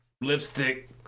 lipstick